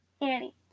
Annie